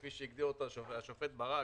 כפי שהגדיר אותו השופט ברק,